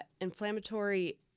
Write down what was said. inflammatory